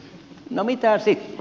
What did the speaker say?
no mitä sitten